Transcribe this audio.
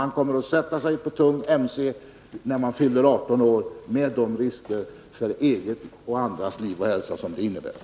Man kommer att sätta sig på en tung MC när man fyller 18 år, med de risker för eget och andras liv och hälsa detta innebär.